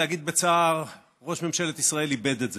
להגיד בצער: ראש ממשלת ישראל איבד את זה.